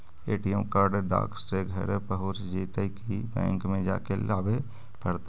ATM card डाक से घरे पहुँच जईतै कि बैंक में जाके लाबे पड़तै?